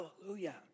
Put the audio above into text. Hallelujah